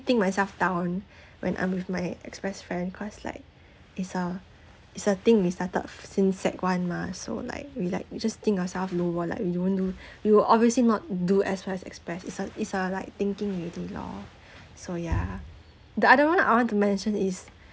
think myself down when I'm with my express friend cause like it's uh it's a thing we started since sec one mah so like we like we just think ourself lower like we don't do we will obviously not do as far as express it's uh it's uh like thinking already lor so ya the other one I want to mention is